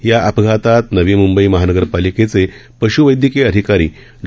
या अपघातात नवी मुंबई महानगरपालिकेचे पश्वव्यकीय अधिकारी डॉ